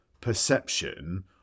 perception